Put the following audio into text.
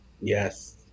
yes